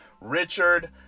Richard